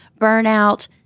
burnout